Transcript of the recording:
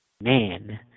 man